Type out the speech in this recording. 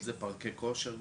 אם זה פארקים של כושר גופני,